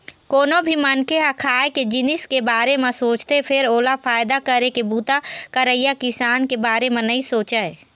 कोनो भी मनखे ह खाए के जिनिस के बारे म सोचथे फेर ओला फायदा करे के बूता करइया किसान के बारे म नइ सोचय